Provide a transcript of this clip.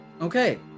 Okay